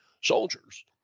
soldiers